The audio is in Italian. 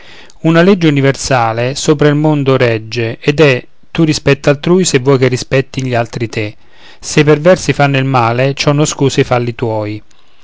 una legge universale sopra il mondo regge ed è tu rispetta altrui se vuoi che rispettin gli altri te se i perversi fanno il male ciò non scusa i falli tuoi